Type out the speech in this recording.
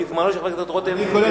כי זמנו של חבר הכנסת רותם תם.